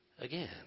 again